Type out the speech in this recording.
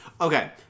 Okay